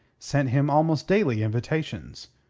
sent him almost daily invitations,